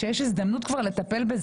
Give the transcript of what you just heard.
ועכשיו כשיש הזדמנות כבר לטפל בזה,